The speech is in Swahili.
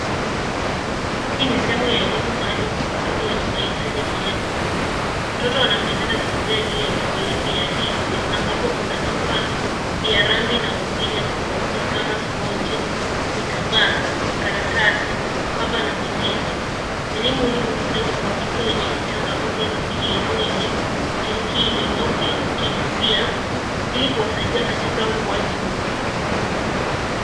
Hii ni sehemu ya elimu maalum kwa watoto wenye mahitaji maalum. Mtoto anaonekana akitembea katika mazoezi ya hisi ambapo kuna vifaa vya rangi na umbile tofauti kama sponji, vitambaa, karatasi, kamba na vingine. Elimu hii hutolewa kwa watoto wenye changamoto ya kimwili, kiakili au kihisia, ili kuwasaidia katika ukuaji bora.